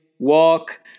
Walk